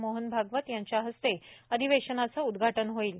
मोहन भागवत यांच्या हस्ते अधिवेशनाचं उद्घाटन होईल